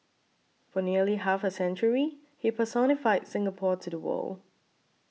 for nearly half a century he personified Singapore to the world